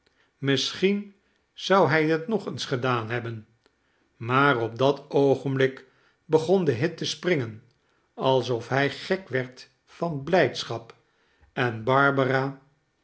misschien zou hij het nog eens gedaan hebben maar op dat oogenblik begon de hit te springen alsof hij gek werd van bhjdschap en barbara